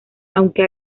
aunque